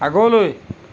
আগলৈ